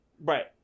right